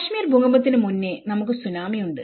കാശ്മീർ ഭൂകമ്പത്തിന് മുന്നേ നമുക്ക് സുനാമി ഉണ്ട്